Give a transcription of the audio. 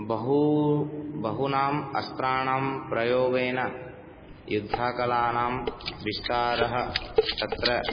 बहू बहुनाम् अस्त्राणां प्रयोगेन युद्धकलानां विस्तारः तत्र